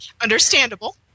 Understandable